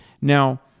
Now